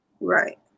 right